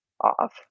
off